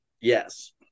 Yes